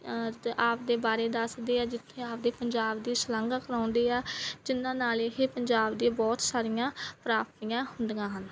ਅਤੇ ਆਪਣੇ ਬਾਰੇ ਦੱਸਦੇ ਆ ਜਿੱਥੇ ਆਪਣੇ ਪੰਜਾਬ ਦੀ ਸ਼ਲਾਘਾ ਕਰਵਾਉਂਦੇ ਆ ਜਿਹਨਾਂ ਨਾਲ ਇਹ ਪੰਜਾਬ ਦੀ ਬਹੁਤ ਸਾਰੀਆਂ ਪ੍ਰਾਪਤੀਆਂ ਹੁੰਦੀਆਂ ਹਨ